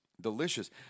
Delicious